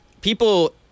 people